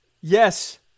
Yes